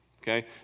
okay